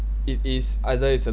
it is either is a